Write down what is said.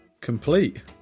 Complete